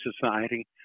Society